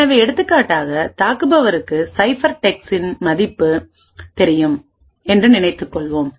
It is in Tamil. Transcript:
எனவே எடுத்துக்காட்டாக தாக்குபவருக்கு சைஃபெர்டெக்ஸ்டின் மதிப்பு தெரியும் என்று நினைத்துக் கொள்வோம்